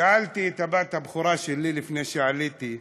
שאלתי את הבת הבכורה שלי לפני שעליתי.